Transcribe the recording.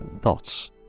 thoughts